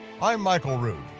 i'm michael rood,